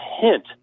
hint